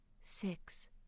six